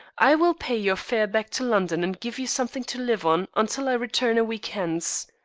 i will pay your fare back to london and give you something to live on until i return a week hence.